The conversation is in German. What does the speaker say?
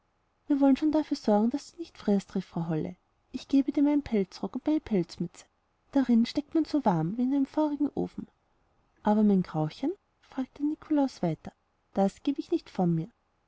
wir wollen schon dafür sorgen daß du nicht frierst rief frau holle ich gebe dir meinen pelzrock und meine pelzmütze darin steckt man so warm wie in einem feurigen ofen aber mein grauchen fragte der nikolaus weiter das gebe ich nicht von mir